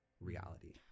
reality